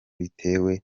bitewe